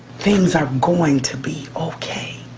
things are going to be okay.